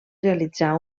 realitzar